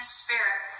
spirit